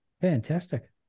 Fantastic